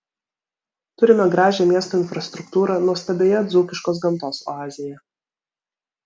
turime gražią miesto infrastruktūrą nuostabioje dzūkiškos gamtos oazėje